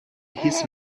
his